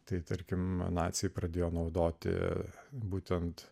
tai tarkim naciai pradėjo naudoti būtent